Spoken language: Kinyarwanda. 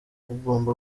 ugomba